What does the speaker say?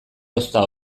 ozta